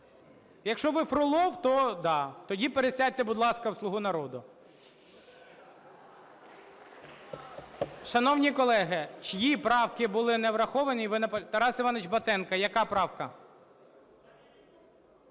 Якщо ви Фролов, то да, тоді пересядьте, будь ласка, в "Слугу народу". Шановні колеги, чиї правки були не враховані і ви… Тарасе Івановичу Батенко, яка правка?